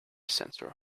sensor